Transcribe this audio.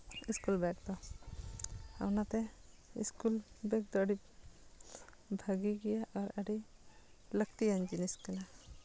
school bag ᱫᱚ ᱟᱨ ᱚᱱᱟ ᱛᱮ ᱥᱠᱩᱞ ᱵᱮᱜᱽ ᱫᱚ ᱟᱹᱰᱤ ᱵᱷᱟᱹᱜᱤ ᱜᱮᱭᱟ ᱟᱨ ᱟᱹᱰᱤ ᱞᱟᱹᱠᱛᱤᱭᱟᱱ ᱡᱤᱱᱤᱥ ᱠᱟᱱᱟ